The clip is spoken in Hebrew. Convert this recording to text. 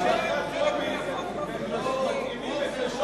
אחרי טרומית מתאימים את לשון החוק,